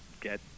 get